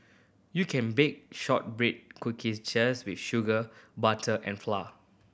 you can bake shortbread cookies just with sugar butter and flour